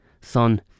Son